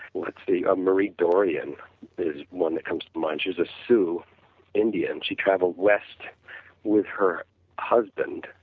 let's see, ah marie dorion is one that comes to mind. she is a sioux indian. she traveled west with her husband,